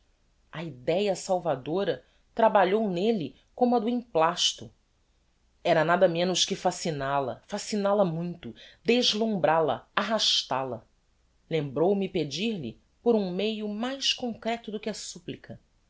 a idéa salvadora trabalhou nelle como a do emplasto cap ii era nada menos que fascinal a fascinal a muito deslumbral a arrastal a lembrou-me pedir-lhe por um meio mais concreto do que a supplica